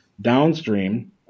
downstream